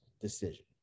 decision